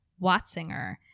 Watzinger